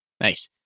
Nice